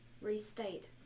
restate